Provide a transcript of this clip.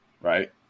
right